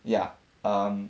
ya um